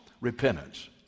repentance